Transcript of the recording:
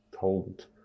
told